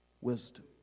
wisdom